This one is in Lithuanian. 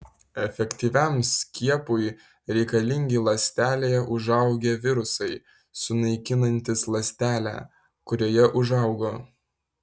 efektyviam skiepui reikalingi ląstelėje užaugę virusai sunaikinantys ląstelę kurioje užaugo